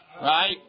right